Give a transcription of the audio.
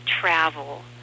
travel